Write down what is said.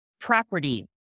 property